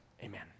amen